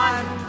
One